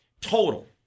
Total